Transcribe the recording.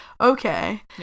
Okay